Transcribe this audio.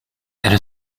elle